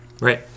Right